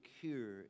cure